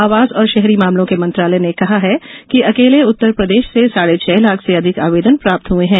आवास और शहरी मामलों के मंत्रालय ने कहा कि अकेले उत्तर प्रदेश से साढे छह लाख से अधिक आवेदन प्राप्त हुए हैं